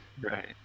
Right